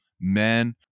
men